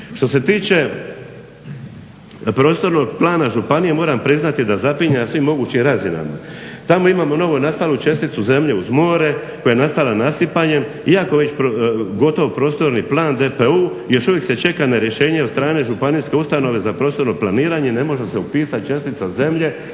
Što se tiče prostornog plana županije moram priznati da zapinje na svim mogućim razinama. Tamo imamo novo nastalu česticu zemlje uz more koja je nastala nasipanjem iako već gotov prostorni plan DPU još uvijek se čeka na rješenje od strane Županijske ustanove za prostorno planiranje i ne može se upisati čestica zemlje,